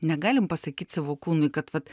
negalim pasakyt savo kūnui kad vat